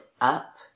up